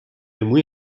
موی